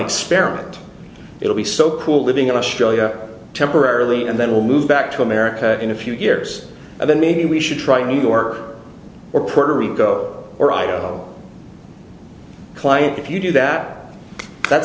experiment it'll be so cool living in australia temporarily and then we'll move back to america in a few years and then maybe we should try to new york or puerto rico or i go client if you do that that's